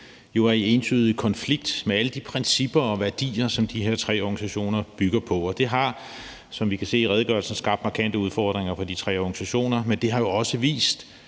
jo er i entydig konflikt med alle de principper og værdier, som de her tre organisationer bygger på, og det har også, som vi kan se i redegørelsen, skabt markante udfordringer for de tre organisationer. Men det har jo også vist